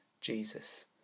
jesus